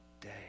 day